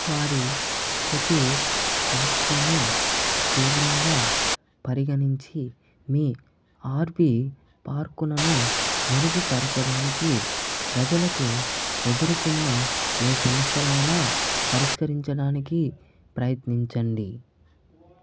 వారి ప్రతి వాఖ్యను తీవ్రంగా పరిగణించి మీ ఆర్వీ పార్కునను మెరుగుపరచడానికి ప్రజలకు ఎదుర్కున్న ఏ సమస్యలైనా పరిష్కరించడానికి ప్రయత్నించండి